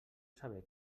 saber